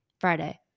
Friday